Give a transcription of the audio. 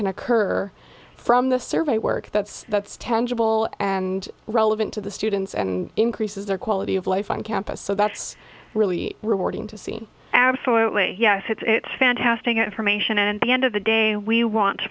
can occur from the survey work that's that's tangible and relevant to the students and increases their quality of life on campus so that's really rewarding to see absolutely yes it's fantastic information and the end of the day we want to